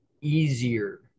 easier